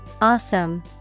Awesome